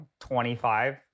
25